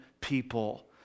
people